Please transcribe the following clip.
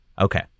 Okay